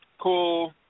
cool –